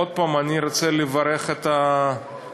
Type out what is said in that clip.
עוד פעם, אני רוצה לברך את היוזמים,